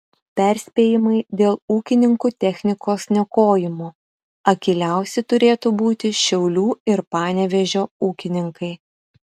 perspėjimai dėl ūkininkų technikos niokojimo akyliausi turėtų būti šiaulių ir panevėžio ūkininkai